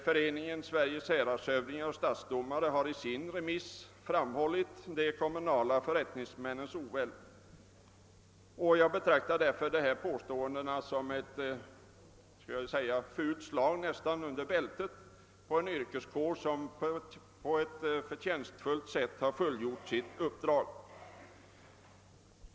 Föreningen Sveriges häradshövdingar och stadsdomare har också i sitt remissvar i frågan framhållit de kommunala förrättningsmännens oväld. Jag betraktar därför dessa påståenden som ett slag under bältet på en yrkeskår som på ett förtjänstfullt sätt har fullgjort sina uppdrag.